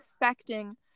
affecting